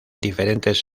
diferentes